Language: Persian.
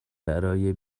برای